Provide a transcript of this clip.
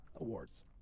awards